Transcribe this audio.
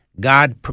God